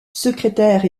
secrétaire